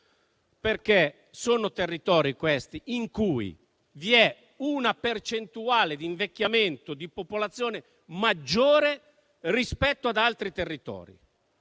tratta di territori in cui vi è una percentuale di invecchiamento di popolazione maggiore rispetto ad altri territori.